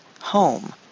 home